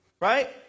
Right